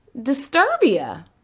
Disturbia